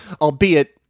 albeit